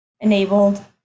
enabled